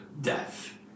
death